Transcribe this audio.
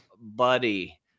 buddy